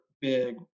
big